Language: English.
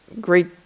great